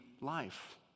life